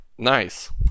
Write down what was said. Nice